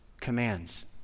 commands